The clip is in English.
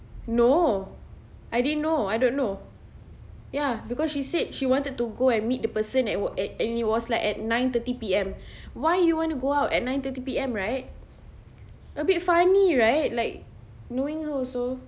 no I didn't know I don't know ya because she said she wanted to go and meet the person at wor~ and it was like at nine thirty P_M why you want to go out at nine thirty P_M right a bit funny right like knowing her also